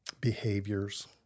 behaviors